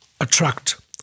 Attract